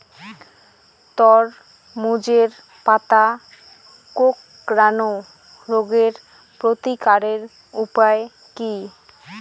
তরমুজের পাতা কোঁকড়ানো রোগের প্রতিকারের উপায় কী?